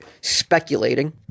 speculating